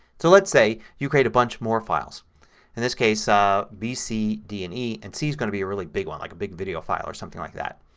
so let's say you create a bunch more files. in this case ah b, c, d, and e and c is going to be a really big one. like a big video file or something like that.